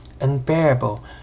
unbearable